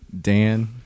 Dan